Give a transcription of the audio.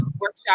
workshop